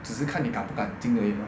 只是看你敢不敢进而已 lor